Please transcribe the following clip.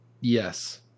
Yes